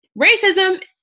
racism